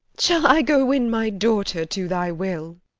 shall i go win my daughter to thy will?